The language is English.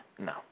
No